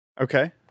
Okay